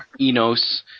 Enos